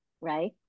right